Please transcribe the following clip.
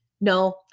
no